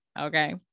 okay